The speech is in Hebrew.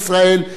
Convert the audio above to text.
דאלית-אל-כרמל.